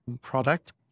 product